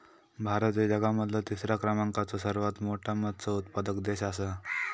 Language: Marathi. भारत ह्यो जगा मधलो तिसरा क्रमांकाचो सर्वात मोठा मत्स्य उत्पादक देश आसा